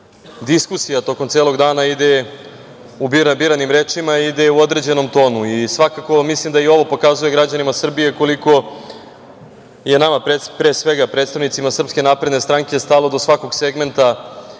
diskusija tokom celog dana ide u biranim rečima i ide u određenim tonu. Svakako mislim da i ovo pokazuje građanima Srbije koliko je nama, pre svega predstavnicima SNS, stalo do svakog segmenta